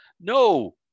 No